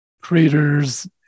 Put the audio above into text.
creators